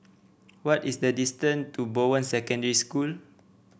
what is the distance to Bowen Secondary School